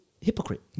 hypocrite